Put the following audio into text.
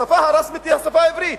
השפה הרשמית היא השפה העברית.